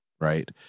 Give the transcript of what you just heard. right